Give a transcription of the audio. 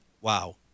wow